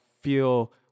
feel